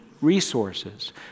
resources